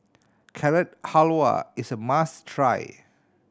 Carrot Halwa is a must try